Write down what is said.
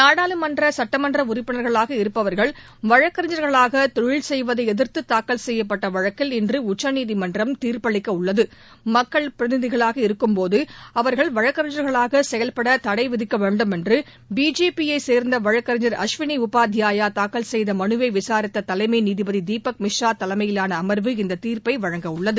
நாடாளுமன்ற சட்டமன்ற உறுப்பினர்களாக இருப்பவர்கள் வழக்கறிஞர்களாக தொழில் செய்வதை எதிா்த்து தாக்கல் செய்யப்பட்ட வழக்கில் இன்று உச்சநீதிமன்றம் தீா்ப்பளிக்க உள்ளது மக்கள் பிரதிநிதிகளாக இருக்கும்போது அவர்கள் வழக்கறிஞர்களாக செயல்பட தடை விதிக்க வேண்டும் என்று பிஜேபி யை சேர்ந்த வழக்கறிஞர் அஸ்வினி உபாத்யாயா தாக்கல் செய்த மனுவை விசாித்த தலைமை நீதிபதி தீபக் மிஸ்ரா தலைமையிலான அமா்வு இந்தத் தீாப்பை வழங்க உள்ளது